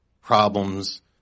problems